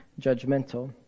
judgmental